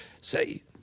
say